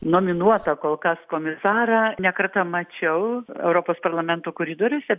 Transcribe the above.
nominuotą kol kas komisarą ne kartą mačiau europos parlamento koridoriuose